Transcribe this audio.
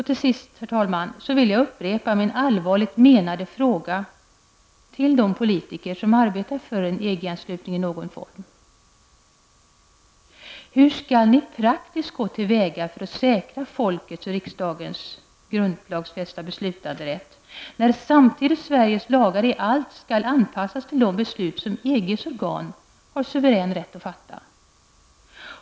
Till sist, herr talman, vill jag upprepa min allvarligt menade fråga som jag ställt till de politiker som arbetar för en EG-anslutning i någon form: Hur skall ni praktiskt gå till väga för att säkra folkets och riksdagens grundlagsfästa beslutanderätt när Sveriges lagar samtidigt i allt skall anpassas till de beslut som EGs organ har suverän rätt att fatta?